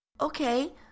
Okay